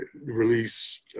release